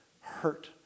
hurt